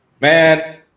man